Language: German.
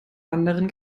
anderen